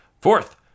Fourth